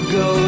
go